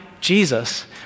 Jesus